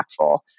impactful